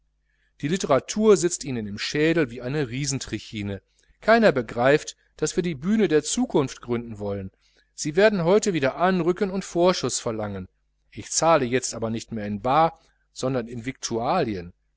die literatur sitzt ihnen im schädel wie eine riesentrichine keiner begreift daß wir die bühne der zukunft gründen wollen sie werden heute wieder anrücken und vorschuß verlangen ich zahle jetzt aber nicht mehr in baar sondern in viktualien